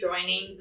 joining